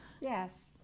Yes